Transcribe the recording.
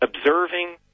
observing